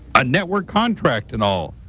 a network contract and all.